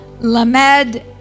Lamed